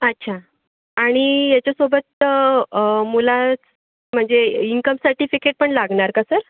अच्छा आणि याच्यासोबत मुला म्हणजे इन्कम सर्टिफिकेट पण लागणार का सर